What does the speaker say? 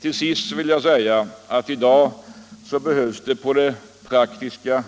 I dag behövs på det praktiska